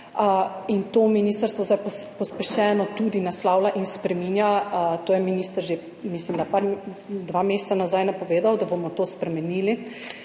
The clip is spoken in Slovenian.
in to ministrstvo zdaj pospešeno tudi naslavlja in spreminja, to je minister že dva meseca nazaj napovedal, da bomo to spremenili,